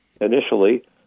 initially